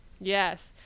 Yes